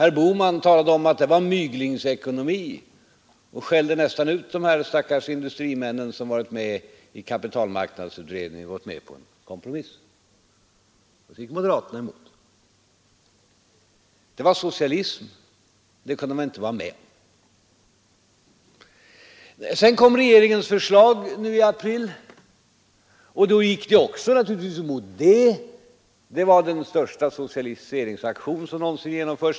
Herr Bohman talade om att det var myglingsekonomi och skällde nästan ut de stackars industrimän som varit med i kapitalmarknadsutredningen och gått med på en kompromiss. Moderaterna gick alltså emot detta — det var socialism, det kunde man inte vara med på. Sedan kom regeringens förslag nu i april. Då gick ni naturligtvis emot det också. Det var den största socialiseringsaktion som någonsin genomförts.